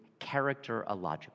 characterological